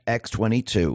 x22